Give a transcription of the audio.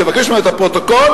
תבקש ממנה את הפרוטוקול.